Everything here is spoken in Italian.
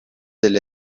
delle